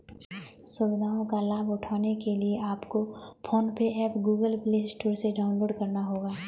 सुविधाओं का लाभ उठाने के लिए आपको PhonePe app Google Play Store से डाउनलोड करना होगा